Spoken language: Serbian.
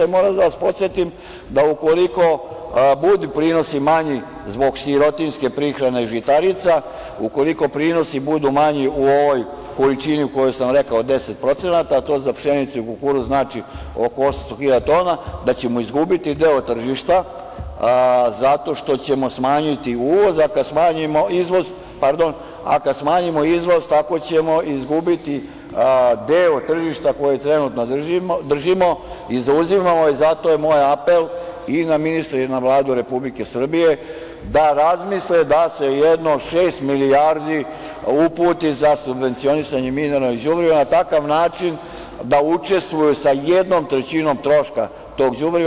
Da vas podsetim da ukoliko budu prinosi manji zbog sirotinjske prihrane žitarica, ukoliko prinosi budu manji u ovoj količini koju sam rekao, 10%, to za pšenicu i kukuruz znači oko 800 hiljada tona, da ćemo izgubiti deo tržišta zato što ćemo smanjiti izvoz, a kada smanjimo izvoz tako ćemo izgubiti deo tržišta koji trenutno držimo i zauzimamo i zato je moj apel i na ministra i na Vladu Republike Srbije da razmisle da se jedno šest milijardi uputi za subvencionisanje mineralnih đubriva na takav način da učestvuju sa jednom trećinom troška tog đubriva.